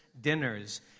dinners